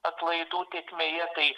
atlaidų tėkmėje tai